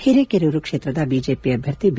ಹಿರೇಕೆರೂರು ಕ್ಷೇತ್ರದ ಬಿಜೆಪಿ ಅಭ್ಯರ್ಥಿ ಬಿ